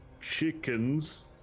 chickens